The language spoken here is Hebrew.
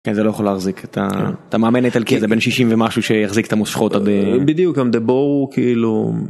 זה לא יכול להחזיק אתה מאמן איטלקי אתה בין 60 ומשהו שיחזיק את המושכות בדיוק גם דבורו כאילו.